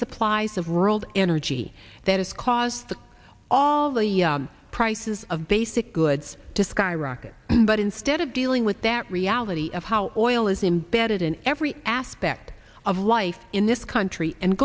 supplies of rural energy that has caused all the prices of basic goods to skyrocket but instead of dealing with that reality of how all is imbedded in every aspect of life in this country and